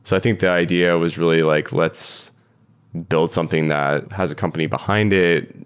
so i think that idea was really like let's build something that has a company behind it.